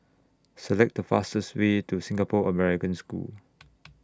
Select The fastest Way to Singapore American School